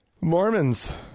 Mormons